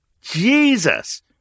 Jesus